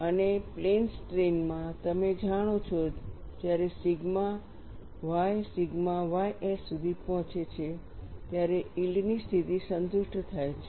અને plane strain માં તમે જાણો છો જ્યારે સિગ્મા y સિગ્મા ys સુધી પહોંચે છે ત્યારે યીલ્ડની સ્થિતિ સંતુષ્ટ થાય છે